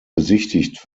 besichtigt